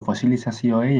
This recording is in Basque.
fosilizazioei